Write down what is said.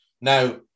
Now